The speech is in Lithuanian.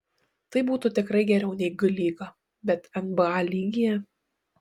tai būtų tikrai geriau nei g lyga bet nba lygyje